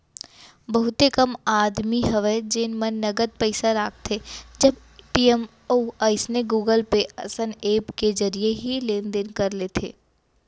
बहुते कम आदमी हवय जेन मन नगद पइसा राखथें सब ए.टी.एम अउ अइसने गुगल पे असन ऐप के जरिए ही लेन देन कर लेथे